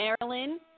Maryland